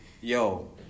Yo